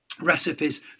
recipes